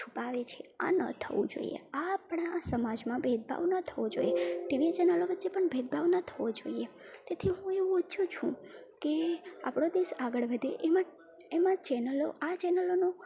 છુપાવે છે આ ન થવું જોઈએ આ આપણા સમાજમાં ભેદભાવ ન થવો જોઈએ ટીવી ચેનલો વચ્ચે પણ ભેદભાવ ન થવો જોઈએ તેથી હું એવું ઈચ્છુ છું કે આપણો દેશ આગળ વધે એમાં એમાં ચેનલો આ ચેનલોનો